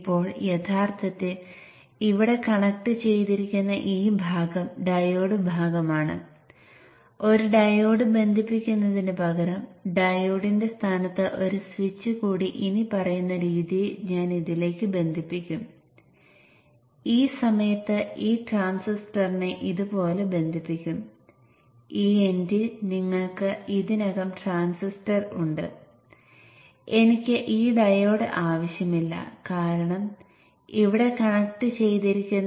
ഇത് യഥാർത്ഥത്തിൽ നിങ്ങളുടെ റക്റ്റിഫയറുകൾ C ഫിൽട്ടർ സൈക്കിളിന്റെ ഔട്ട്പുട്ട് ഭാഗത്തിന്റെ ഭാഗമാകാം നിങ്ങൾക്ക് ഒരു ബ്രിഡ്ജും ട്രാൻസ്ഫോർമറും ആയി 2 ഉപകരണങ്ങൾ ചേർത്തിട്ടുണ്ട്